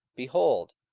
behold,